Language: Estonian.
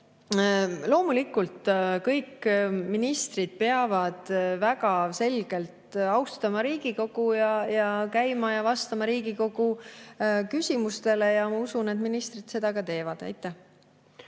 Loomulikult, kõik ministrid peavad väga selgelt austama Riigikogu, käima siin ja vastama Riigikogu küsimustele. Ma usun, et ministrid seda ka teevad.